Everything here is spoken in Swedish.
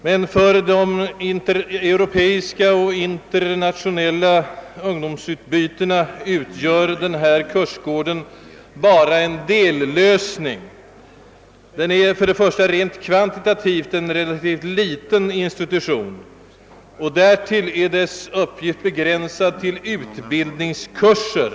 Men för det europeiska och internationella ungdomsutbytet utgör den här kursgården bara en dellösning. Den är rent kvantitativt en relativt liten institution, och därtill är dess uppgift begränsad till utbildningskurser.